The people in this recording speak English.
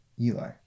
Eli